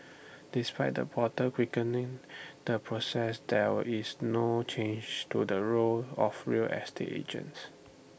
despite the portal quickening the process there is no change to the role of real estate agents